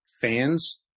fans